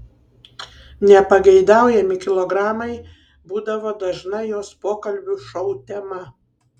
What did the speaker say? nepageidaujami kilogramai būdavo dažna jos pokalbių šou tema